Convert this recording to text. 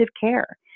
care